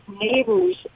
neighbors